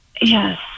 Yes